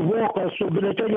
voko su biuleteniu